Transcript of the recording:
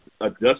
adjust